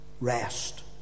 Rest